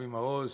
אבי מעוז,